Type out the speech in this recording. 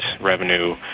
revenue